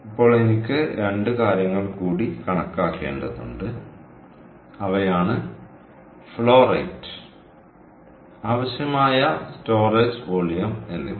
ഇപ്പോൾ എനിക്ക് 2 കാര്യങ്ങൾ കൂടി കണക്കാക്കേണ്ടതുണ്ട് അവയാണ് ഫ്ലോ റേറ്റ് ആവശ്യമായ സ്റ്റോറേജ് വോളിയം എന്നിവ